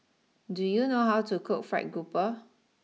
do you know how to cook Fried grouper